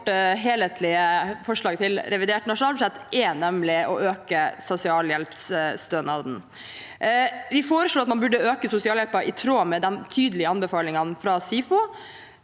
Rødts helhetlige forslag til revidert nasjonalbudsjett er nemlig å øke sosialhjelpsstønaden. Vi foreslår at man burde øke sosialhjelpen i tråd med de tydelige anbefalingene fra SIFO,